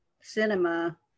cinema